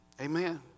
Amen